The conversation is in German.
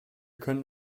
können